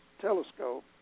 Telescope